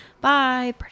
Bye